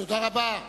תודה רבה.